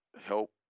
help